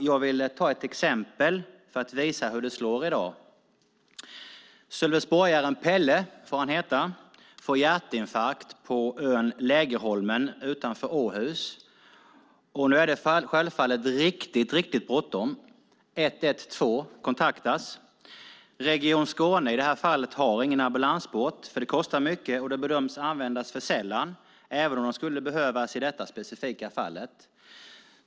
Jag vill ge ett exempel för att visa hur det slår i dag: Sölvesborgaren Pelle - så får han heta - får en hjärtinfarkt på ön Lägerholmen utanför Åhus. Nu är det självfallet riktigt bråttom. Man ringer 112. Region Skåne, i det här fallet, har ingen ambulansbåt, för det kostar mycket, och man bedömer att den skulle användas för sällan, även om den skulle behövas i detta specifika fall.